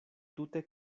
tute